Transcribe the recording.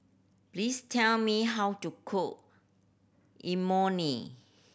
please tell me how to cook Imoni